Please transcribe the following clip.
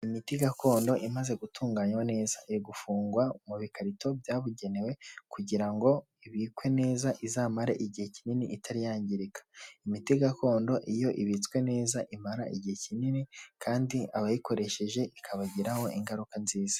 Imiti gakondo imaze gutunganywa neza irigufungwa mu bikarito byabugenewe kugira ngo ibikwe neza izamare igihe kinini itari yangirika. Imiti gakondo iyo ibitswe neza imara igihe kinini kandi abayikoresheje ikabagiraho ingaruka nziza.